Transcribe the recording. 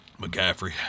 McGaffrey